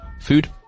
Food